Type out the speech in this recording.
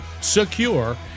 secure